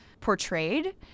portrayed